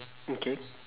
okay